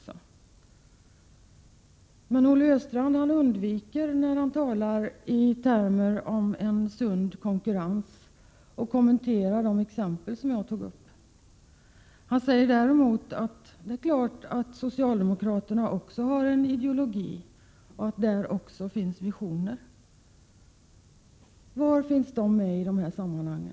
Men när Olle Östrand talar i termer av en sund konkurrens undviker han att kommentera de exempel som jag tog upp. Däremot säger han att socialdemokraterna självfallet också har en ideologi och att det även finns visioner. Var hittar man dem i detta sammanhang?